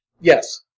Yes